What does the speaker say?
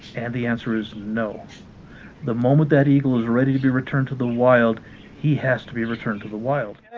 and the answer is no the moment that eagle is ready to be returned to the wild he has to be returned to the wild